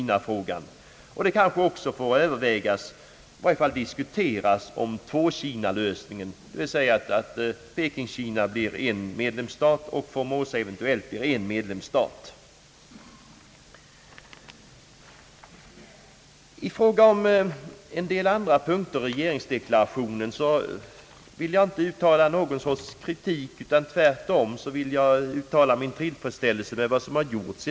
Något som också får övervägas är »två Kina»-lösningen, dvs. att Peking-Kina blir en medlemsstat och Formosa blir en; I fråga om en del andra punkter i regeringsdeklarationen vill jag inte uttala någon kritik utan tvärtom tillfredsställelse över vad som har gjorts.